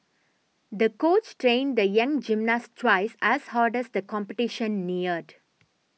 the coach trained the young gymnast twice as hard as the competition neared